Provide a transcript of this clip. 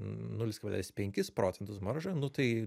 nulis kablelis penkis procentus maržą nu tai